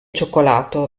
cioccolato